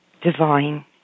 divine